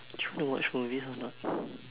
do you wanna watch movies or not